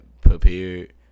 prepared